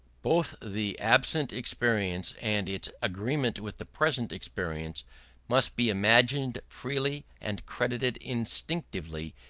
both the absent experience and its agreement with the present experience must be imagined freely and credited instinctively,